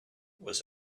was